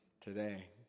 today